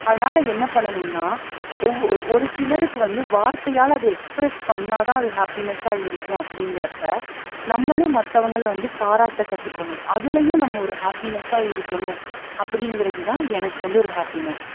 அதனால என்ன பண்ணணும்னா ஒவ்வொரு ஒரு சிலருக்கு வந்து வார்த்தையால் அதை எக்ஸ்பிரஸ் பண்ணால் தான் அது ஹாப்பினஸாக இருக்கும் அப்டிங்கிறப்ப நம்மளும் மற்றவங்கள வந்து பாராட்ட கற்றுக்கணும் அதுலேயும் நம்ம ஒரு ஹாப்பினஸாக இருக்கணும் அப்டிங்கிறது தான் எனக்கு வந்து ஒரு ஹாப்பினஸ்